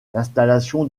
l’installation